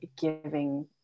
giving